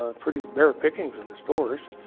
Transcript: ah pretty bare pickings in the stores.